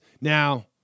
Now